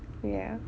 ya